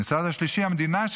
מהצד השלישי המדינה,